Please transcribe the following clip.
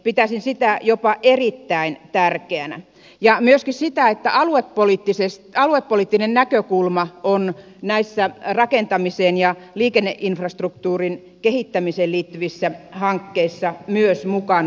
pitäisin sitä jopa erittäin tärkeänä ja myöskin sitä että aluepoliittinen näkökulma on näissä rakentamiseen ja liikenneinfrastruktuurin kehittämiseen liittyvissä hankkeissa myös mukana